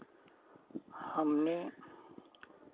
हमने